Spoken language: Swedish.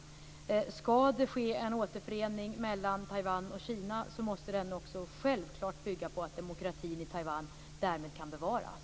Om det ska ske en återförening mellan Taiwan och Kina måste den självklart bygga på att demokratin i Taiwan också kan bevaras.